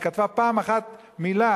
היא כתבה פעם אחת מלה,